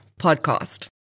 podcast